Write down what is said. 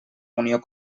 unió